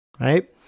right